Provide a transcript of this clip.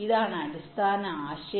ഇതാണ് അടിസ്ഥാന ആശയം